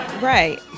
Right